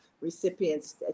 recipients